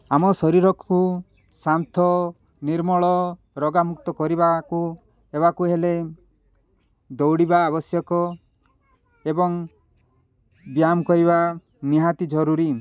ଆମ ଶରୀରକୁ ଶାନ୍ତ ନିର୍ମଳ ରୋଗମୁକ୍ତ କରିବାକୁ ହେବାକୁ ହେଲେ ଦୌଡ଼ିବା ଆବଶ୍ୟକ ଏବଂ ବ୍ୟାୟାମ କରିବା ନିହାତି ଜରୁରୀ